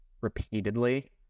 repeatedly